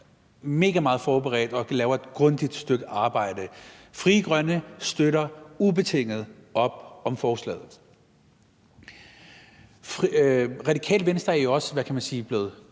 mega godt forberedt og laver et grundigt stykke arbejde. Frie Grønne støtter ubetinget op om forslaget. Radikale Venstre er jo også, kan man sige, blevet